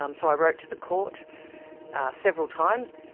um so i wrote to the court several times.